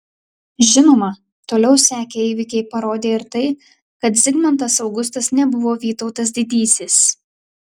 žinoma toliau sekę įvykiai parodė ir tai kad zigmantas augustas nebuvo vytautas didysis